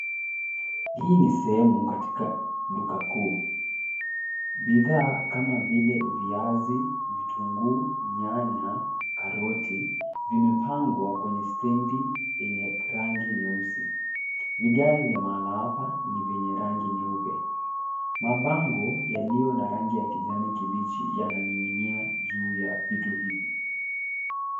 Hii ni sehemu katika duka kuu, bidhaa kama vile viazi, vitunguu, nyanya, karoti, vimepangwa kwenye stendi yenye rangi nyeusi. Vigae vya mahala hapa ni vyenye rangi nyeupe. Mabango yaliyo na rangi ya kijani kibichi yananing'inia juu ya vitu hivyo.